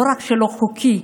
לא רק שלא חוקי.